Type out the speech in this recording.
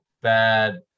bad